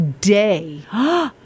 day